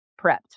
prepped